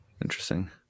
Interesting